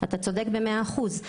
אתה צודק במאת האחוזים.